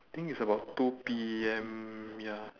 think it's about two P_M ya